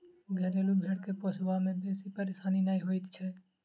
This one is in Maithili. घरेलू भेंड़ के पोसबा मे बेसी परेशानी नै होइत छै